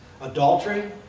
Adultery